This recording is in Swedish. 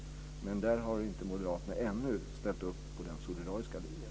Där har moderaterna inte ännu ställt upp på den solidariska linjen.